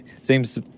seems